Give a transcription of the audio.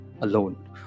alone